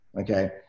okay